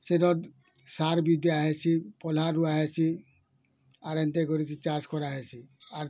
ସେ ତ ସାର୍ ବି ଦିଆ ହେଇଛି ପହ୍ଲା ରୁଆ ହେଇଛି ଆର୍ ଏନ୍ତା କରି କି ଚାଷ୍ କରା ହେସି ଆର୍